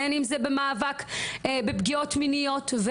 והן אם זה במאבק בפגיעות מיניות,